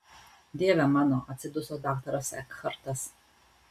dieve mano atsiduso daktaras ekhartas